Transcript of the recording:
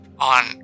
on